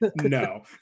no